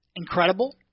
incredible